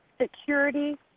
security